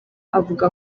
avuga